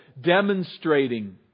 demonstrating